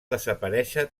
desaparèixer